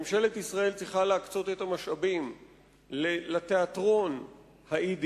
ממשלת ישראל צריכה להקצות את המשאבים לתיאטרון היידי,